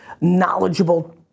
knowledgeable